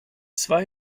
zwei